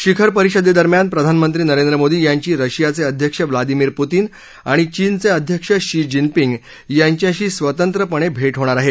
शिखर परिषदेदरम्यान प्रधानमंत्री नरेंद्र मोदी यांची रशियाचे अध्यक्ष व्लादिमिर पुतीन आणि चीनचे अध्यक्ष शी जिनपिंग यांच्याशी स्वतंत्रपणे भेट होणार आहे